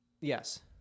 Yes